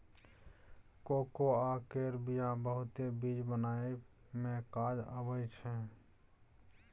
cocoa केर बिया बहुते चीज बनाबइ मे काज आबइ छै